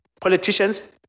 politicians